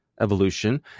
evolution